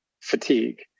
fatigue